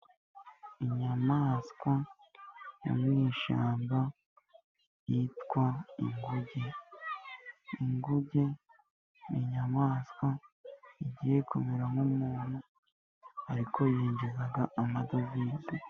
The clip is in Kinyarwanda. Inyamaswa yo mu ishyamba yitwa inguge. Inguge ni inyamaswa igiye kumera nk'umuntu ariko yinjiza amadovize.